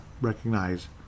recognize